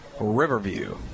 Riverview